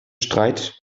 streit